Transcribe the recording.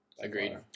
Agreed